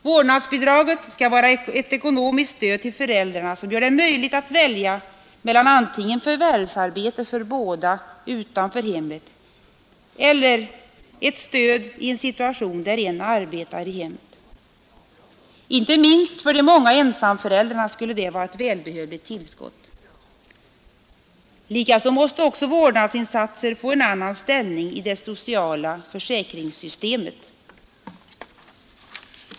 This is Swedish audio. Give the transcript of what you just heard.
Vårdnadsbidraget skall var ett ekonomiskt stöd till föräldrarna som gör det möjligt att välja mellan antingen förvärvsarbete för båda utanför hemmet eller ett stöd i en situation där en arbetar i hemmet. Inte minst för de många ensamföräldrarna skulle det vara ett välbehövligt tillskott. Likaså måste också vårdnadsinsatser få en annan ställning i det sociala försäkringssystemet.